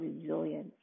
resilience